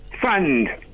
fund